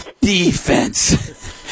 Defense